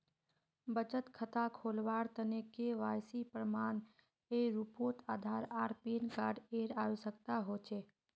बचत खता खोलावार तने के.वाइ.सी प्रमाण एर रूपोत आधार आर पैन कार्ड एर आवश्यकता होचे